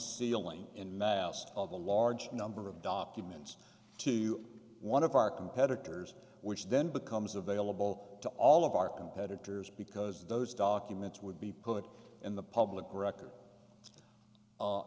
aling in mast of a large number of documents to one of our competitors which then becomes available to all of our competitors because those documents would be put in the public record